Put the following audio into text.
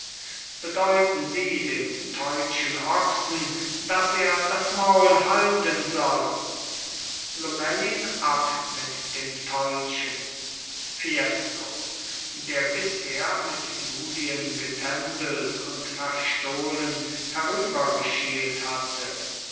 bedeuten sie dem teutschen ochsen daß er das maul halten soll lomellin ab mit dem teutschen fiesco der bisher mit julien getändelt und verstohlen herübergeschielt hatte